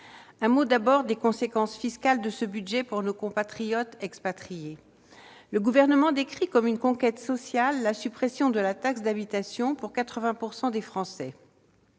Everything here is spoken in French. évoquer les conséquences fiscales de ce projet de budget pour nos compatriotes expatriés. Le Gouvernement décrit comme une conquête sociale la suppression de la taxe d'habitation pour 80 % des Français.